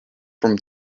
from